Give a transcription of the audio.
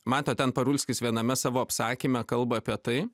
matot ten parulskis viename savo apsakyme kalba apie tai